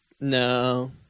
No